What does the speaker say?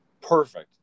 perfect